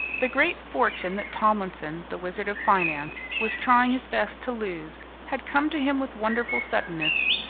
the great fortune that tomlinson, the wizard of finance, was trying his best to lose had come to him with wonderful suddenness.